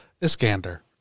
Iskander